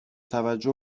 توجه